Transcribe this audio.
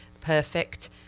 perfect